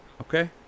okay